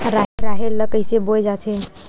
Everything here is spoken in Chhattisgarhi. राहेर ल कइसे बोय जाथे?